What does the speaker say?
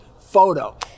photo